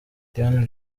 diane